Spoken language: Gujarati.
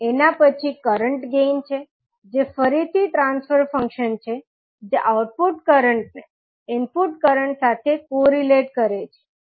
એના પછી કરંટ ગેઇન છે જે ફરીથી ટ્રાન્સફર ફંક્શન છે જે આઉટપુટ કરંટ ને ઇનપુટ કરંટ સાથે કોરિલેટ કરે છે